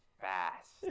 fast